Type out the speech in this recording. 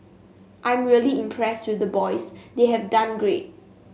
I'm really impressed with the boys they have done great